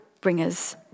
bringers